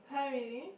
[huh] really